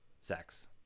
sex